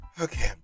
Okay